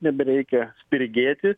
nebereikia spirgėti